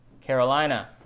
Carolina